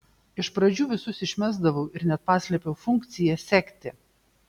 iš pradžių visus išmesdavau ir net paslėpiau funkciją sekti